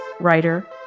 writer